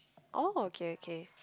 oh okay okay